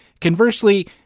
conversely